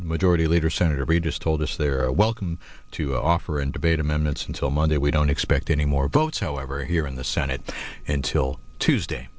majority leader senator reid has told us they are welcome to offer and debate amendments until monday we don't expect any more votes however here in the senate and till tuesday